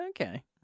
Okay